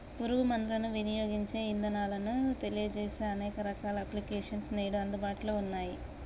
పురుగు మందులను వినియోగించే ఇదానాలను తెలియజేసే అనేక రకాల అప్లికేషన్స్ నేడు అందుబాటులో ఉన్నయ్యి